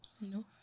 No